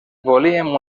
volíem